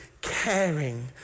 caring